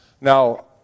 Now